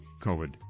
COVID